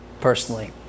personally